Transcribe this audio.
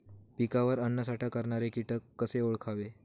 पिकावर अन्नसाठा करणारे किटक कसे ओळखावे?